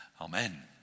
Amen